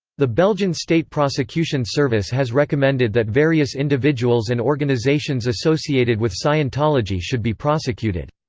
the belgian state prosecution service has recommended that various individuals and organizations associated with scientology should be prosecuted.